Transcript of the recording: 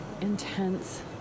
intense